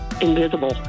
invisible